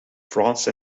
france